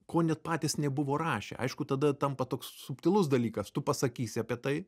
ko net patys nebuvo rašę aišku tada tampa toks subtilus dalykas tu pasakysi apie tai